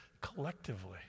collectively